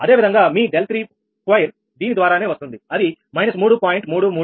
అదేవిధంగా మీ 32దీని ద్వారానే వస్తుంది అది −3